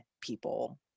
people